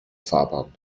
fahrbahn